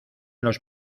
los